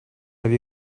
have